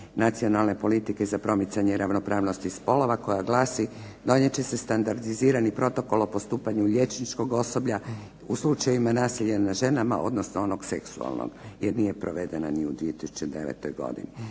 nacionalne politike za promicanje ravnopravnosti spolova koja glasi: donijet će se standardizirani protokol o postupanju liječničkog osoblja u slučajevima nasilja nad ženama odnosno onog seksualnog, jer nije provedena ni u 2009. godini.